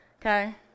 okay